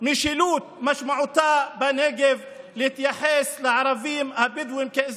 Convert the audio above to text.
משילות בנגב משמעותה להתייחס לערבים הבדואים כאל